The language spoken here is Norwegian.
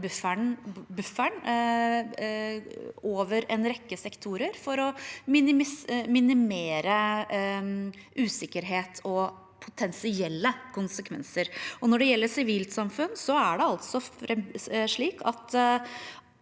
bufferen over en rekke sektorer for å minimere usikkerhet og potensielle konsekvenser. Når det gjelder sivilsamfunn, er det altså slik at